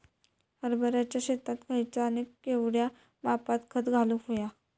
हरभराच्या शेतात खयचा आणि केवढया मापात खत घालुक व्हया?